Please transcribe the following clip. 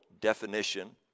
definition